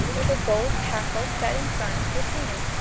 with a gold tassel set in front, were seen.